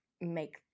make